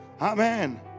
amen